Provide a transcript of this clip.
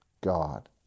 God